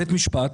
בית משפט,